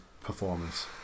performance